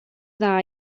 dda